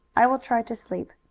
i will try to sleep.